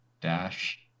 Dash